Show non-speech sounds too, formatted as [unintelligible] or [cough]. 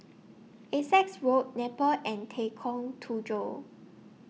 Essex Road Napier and [unintelligible] Tujoh